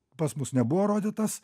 pas mus nebuvo rodytas